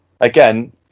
again